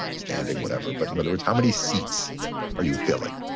standing, whatever, but in other words how many seats are you filling?